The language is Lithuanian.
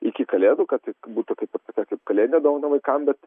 iki kalėdų kad būtų kaip ir tokia kalėdinė dovana vaikam bet